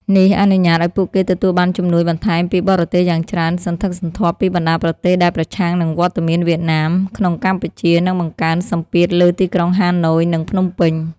នេះអនុញ្ញាតឱ្យពួកគេទទួលបានជំនួយបន្ថែមពីបរទេសយ៉ាងច្រើនសន្ធឹកសន្ធាប់ពីបណ្ដាប្រទេសដែលប្រឆាំងនឹងវត្តមានវៀតណាមក្នុងកម្ពុជា និងបង្កើនសម្ពាធលើទីក្រុងហាណូយ និងភ្នំពេញ។